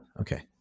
Okay